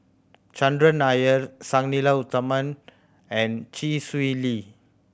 Chandran Nair Sang Nila Utama and Chee Swee Lee